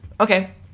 Okay